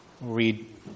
read